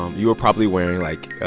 you were probably wearing, like,